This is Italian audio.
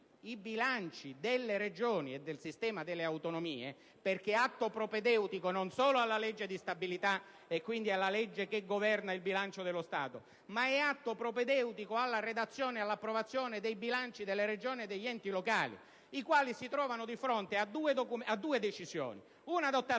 i bilanci delle Regioni e del sistema delle autonomie, perché è atto propedeutico non solo alla legge di stabilità, e quindi alla legge che governa il bilancio dello Stato, ma è atto propedeutico alla redazione e all'approvazione dei bilanci degli enti locali, i quali si trovano di fronte a due decisioni: una adottata